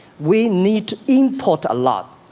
we need to import a lot